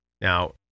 Now